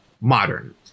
modern